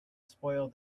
spoil